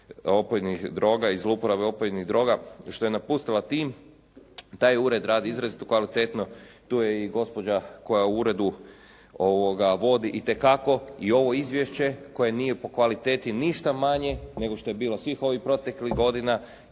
i zlouporabe opojnih droga što je napustila tim taj ured radi izrazito kvalitetno. Tu je i gospođa koja u uredu vodi itekako i ovo izvješće koje nije po kvaliteti ništa manje nego što je bilo svih ovih proteklih godina